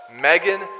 Megan